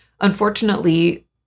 unfortunately